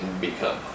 become